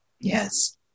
Yes